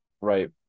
right